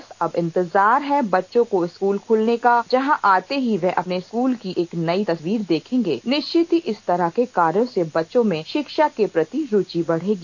बस अब इंतजार है बच्चों को स्कूल खुलने का जहां आते ही वह अपने स्कूल की एक नई तस्वीर देखेंगे निश्चित ही इस तरह के कार्यो से बच्चों में शिक्षा के प्रति रुचि बढ़ेगी